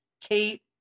Kate